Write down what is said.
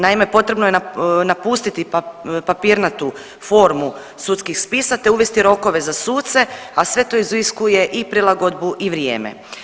Naime, potrebno je napustiti papirnatu formu sudskih spisa te uvesti rokove za suce, a sve to iziskuje i prilagodbu i vrijeme.